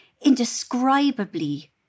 indescribably